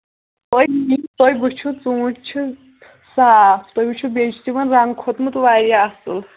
تُہۍ تُہۍ وُچھِو ژوٗنٹھۍ چھِ صاف تہٕ تُہۍ وُچھِو بیٚیہِ چھُ تِمن رَنٛگ کھوٚتمُت واریاہ اَصٕل